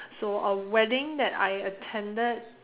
so a wedding that I attended